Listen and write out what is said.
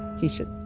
he said,